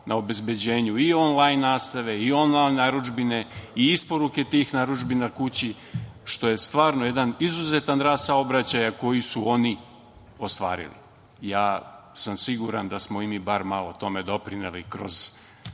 na obezbeđenju i onlajn nastave i onlajn narudžbine i isporuke tih narudžbina kući, što je stvarno jedan izuzetan rast saobraćaja koji su oni ostvarili. Siguran sam da smo i mi bar malo tome doprineli kroz